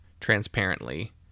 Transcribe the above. transparently